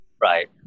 Right